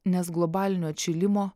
nes globalinio atšilimo